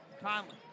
Conley